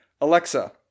Alexa